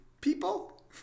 people